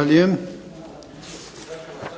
lijepo.